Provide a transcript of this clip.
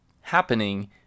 happening